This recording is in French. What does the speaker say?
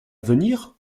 venir